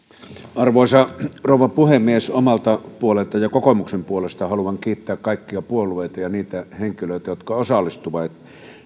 arvoisa rouva puhemies omalta puoleltani ja kokoomuksen puolesta haluan kiittää kaikkia puolueita ja niitä henkilöitä jotka osallistuivat